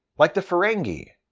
like the ferengi?